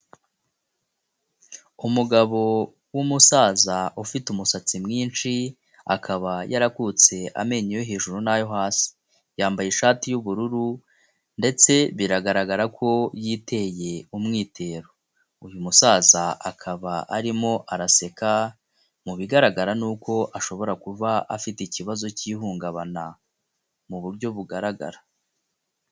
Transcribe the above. Umugabo w'umusaza ufite umusatsi mwinshi; akaba yarakutse amenyo yo hejuru n'ayo hasi, yambaye ishati y'ubururu ndetse biragaragara ko yiteye umwitero, uyu musaza akaba arimo araseka, mu bigaragara nuko ashobora kuba afite ikibazo cy'ihungabana mu buryo bugaragara.